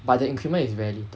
but the increment is very little